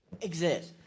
exist